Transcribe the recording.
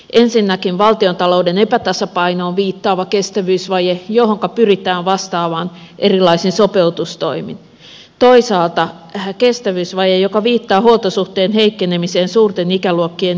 ensinnäkin valtiontalouden epätasapainoon viittaava kestävyysvaje johonka pyritään vastaamaan erilaisin sopeutustoimin toisaalta kestävyysvaje joka viittaa huoltosuhteen heikkenemiseen suurten ikäluokkien ikääntyessä